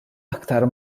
aktar